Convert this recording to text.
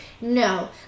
No